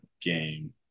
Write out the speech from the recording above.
game